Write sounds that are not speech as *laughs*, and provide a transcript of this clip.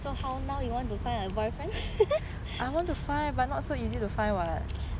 so how now you want to find a boyfriend *laughs*